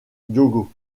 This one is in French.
diogo